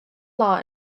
law